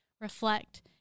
reflect